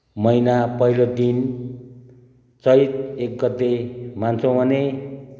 महिना पहिलो दिन चैत एक गते मान्छौँ भने